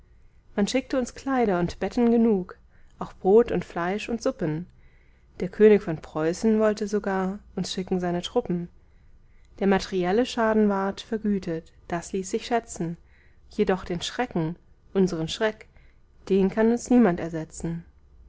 man schickte uns kleider und betten genug auch brot und fleisch und suppen der könig von preußen wollte sogar uns schicken seine truppen der materielle schaden ward vergütet das ließ sich schätzen jedoch den schrecken unseren schreck den kann uns niemand ersetzen